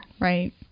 Right